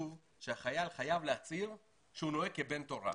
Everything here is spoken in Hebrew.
שהחייל חייב להצהיר שהוא נוהג כבן תורה.